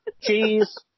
cheese